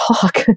talk